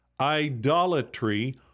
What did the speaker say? idolatry